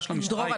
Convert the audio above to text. דרור,